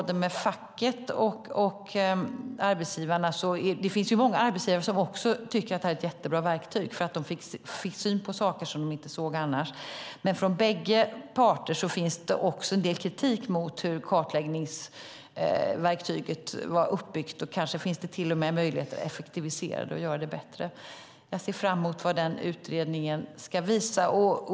Det finns många arbetsgivare som också tycker att det var ett jättebra verktyg eftersom de fick syn på saker som de inte såg annars. Men det finns också en del kritik från både facket och arbetsgivarna mot hur kartläggningsverktyg var uppbyggt. Det finns kanske till och med möjligheter att effektivisera det och göra det bättre. Jag ser fram emot vad den utredningen ska visa.